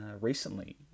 recently